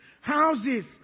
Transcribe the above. Houses